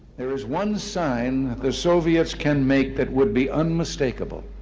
there is one sign the soviets can make that would be unmistakable,